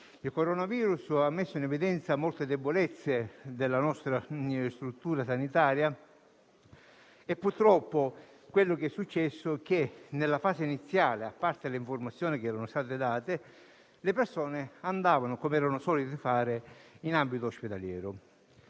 Il Coronavirus ha messo in evidenza molte debolezze della nostra struttura sanitaria. Purtroppo è successo che nella fase iniziale, al di là delle informazioni che venivano date, le persone si recassero, come erano solite fare, in ambito ospedaliero.